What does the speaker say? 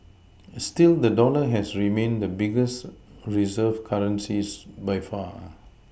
still the dollar has remained the biggest Reserve currencies by far